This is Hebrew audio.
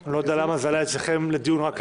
אני לא יודע למה זה עלה אצלכם לדיון רק היום,